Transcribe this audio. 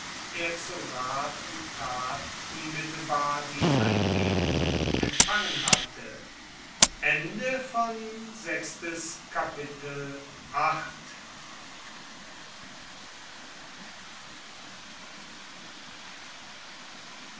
er zu rat und tat unmittelbar die eingebungen empfangen hatte